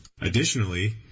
Additionally